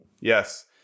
Yes